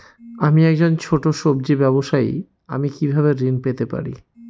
আমি একজন ছোট সব্জি ব্যবসায়ী আমি কিভাবে ঋণ পেতে পারি?